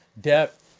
debt